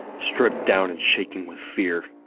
stripped down and shaking with fear.